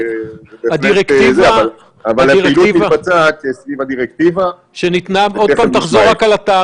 אבל הפעילות מתבצעת סביב הדירקטיבה ותכף נשמע את זה.